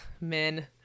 men